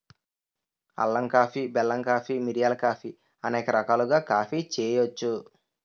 అల్లం కాఫీ బెల్లం కాఫీ మిరియాల కాఫీ అనేక రకాలుగా కాఫీ చేయొచ్చు